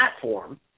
platform